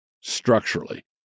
structurally